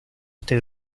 este